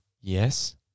yes